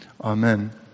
Amen